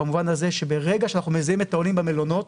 במובן הזה שברגע שאנחנו מזהים את העולים במלונות,